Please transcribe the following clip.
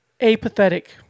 apathetic